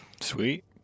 Sweet